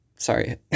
Sorry